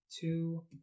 two